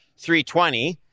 320